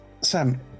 Sam